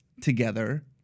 together